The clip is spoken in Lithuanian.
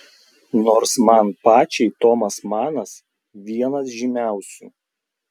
nors man pačiai tomas manas vienas žymiausių